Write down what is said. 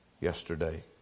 yesterday